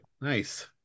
Nice